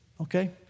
Okay